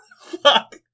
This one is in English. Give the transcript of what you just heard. Fuck